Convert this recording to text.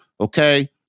Okay